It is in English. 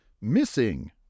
Missing